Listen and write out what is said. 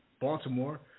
Baltimore